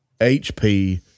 HP